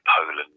Poland